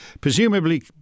presumably